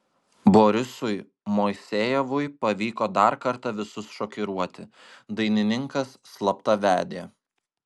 borisui moisejevui pavyko dar kartą visus šokiruoti dainininkas slapta vedė